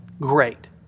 Great